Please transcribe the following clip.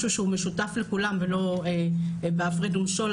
משהו שהוא משותף לכולם ולא ב"הפרד ומשול",